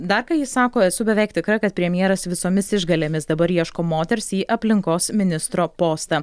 dar ką ji sako esu beveik tikra kad premjeras visomis išgalėmis dabar ieško moters į aplinkos ministro postą